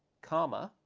comma,